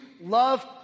love